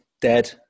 dead